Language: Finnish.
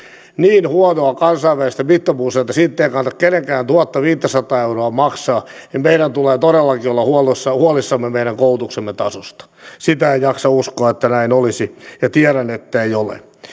niin huonoa kansainvälisessä mittapuussa että siitä ei kannata kenenkään tuhattaviittäsataa euroa maksaa niin meidän tulee todellakin olla huolissamme huolissamme meidän koulutuksemme tasosta sitä en jaksa uskoa että näin olisi ja tiedän ettei näin ole